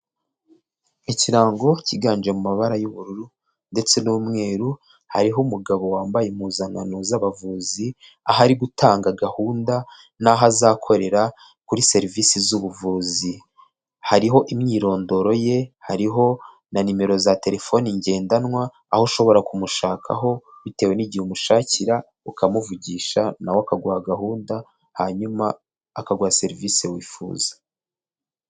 Ikirango cyiganje mu mabara y'ubururu ndetse n'umweru hariho umugabo wambaye impuzankano z'abavuzi ahari gutanga gahunda n'aho azakorera kuri serivisi z'ubuvuzi, hariho imyirondoro ye, hariho na nimero za telefoni ngendanwa aho ushobora kumushakaho bitewe n'igihe umushakira ukamuvugisha nawe akaguha gahunda hanyuma akaguha serivisi wifuza.